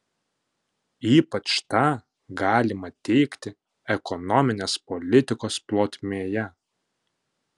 ypač tą galima teigti ekonominės politikos plotmėje